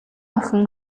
охин